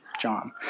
John